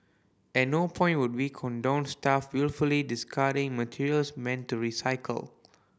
at no point would we condone staff wilfully discarding materials meant to recycled